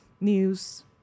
news